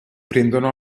prendono